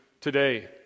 today